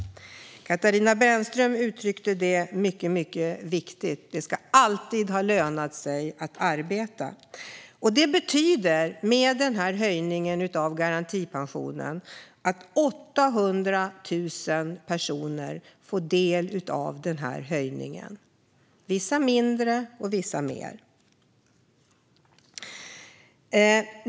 Katarina Brännström uttryckte detta, som är mycket viktigt: Det ska alltid löna sig att ha arbetat. Med höjningen av garantipensionen betyder detta att 800 000 personer får del av höjningen, vissa mindre, vissa mer.